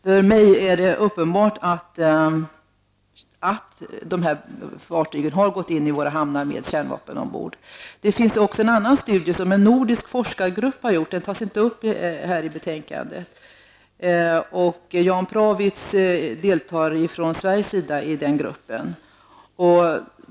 För mig är det uppenbart att dessa fartyg har gått in våra hamnar med kärnvapen ombord. Det finns även en annan studie som en nordisk forskargrupp har gjort. Den tas inte upp här i betänkandet. Jan Prawitz deltar från svensk sida i den gruppen.